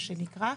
מה שנקרא,